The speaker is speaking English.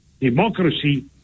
democracy